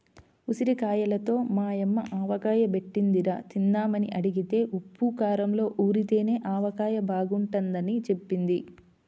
ఉసిరిగాయలతో మా యమ్మ ఆవకాయ బెట్టిందిరా, తిందామని అడిగితే ఉప్పూ కారంలో ఊరితేనే ఆవకాయ బాగుంటదని జెప్పింది